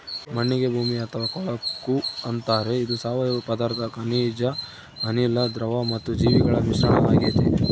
ಮಣ್ಣಿಗೆ ಭೂಮಿ ಅಥವಾ ಕೊಳಕು ಅಂತಾರೆ ಇದು ಸಾವಯವ ಪದಾರ್ಥ ಖನಿಜ ಅನಿಲ, ದ್ರವ ಮತ್ತು ಜೀವಿಗಳ ಮಿಶ್ರಣ ಆಗೆತೆ